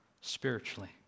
spiritually